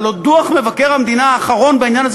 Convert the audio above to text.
הלוא דוח מבקר המדינה האחרון בעניין הזה